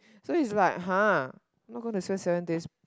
so is like !huh! not gonna spend seven days